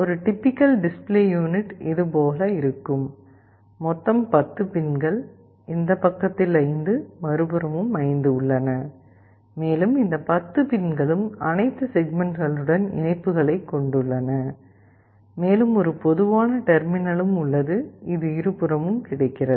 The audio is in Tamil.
ஒரு டிபிக்கல் டிஸ்ப்ளே யூனிட் இதுபோல் இருக்கும் மொத்தம் 10 பின்கள் இந்த பக்கத்தில் 5 மறுபுறமும் 5 உள்ளன மேலும் இந்த 10 பின்களும் அனைத்து செக்மெண்ட்களுடன் இணைப்புகளைக் கொண்டுள்ளன மேலும் ஒரு பொதுவான டெர்மினலும் உள்ளது இது இருபுறமும் கிடைக்கிறது